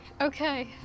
Okay